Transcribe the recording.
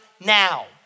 now